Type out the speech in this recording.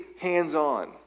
hands-on